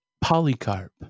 Polycarp